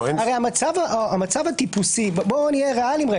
הרי המצב הטיפוסי - נהיה ריאליים.